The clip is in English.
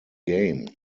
game